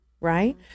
Right